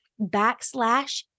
backslash